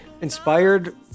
Inspired